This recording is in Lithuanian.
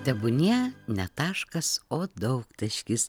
tebūnie ne taškas o daugtaškis